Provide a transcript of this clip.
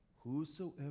Whosoever